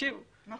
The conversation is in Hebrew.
לא